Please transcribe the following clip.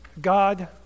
God